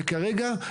כרגע,